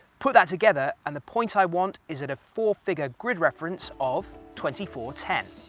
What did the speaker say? put that together and the point i want is at a four-figure grid reference of twenty four ten.